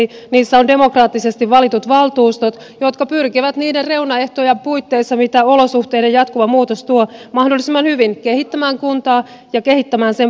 niissä on demokraattisesti valitut valtuustot jotka pyrkivät niiden reunaehtojen puitteissa mitä olosuhteiden jatkuva muutos tuo mahdollisimman hyvin kehittämään kuntaa ja kehittämään sen palveluita